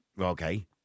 Okay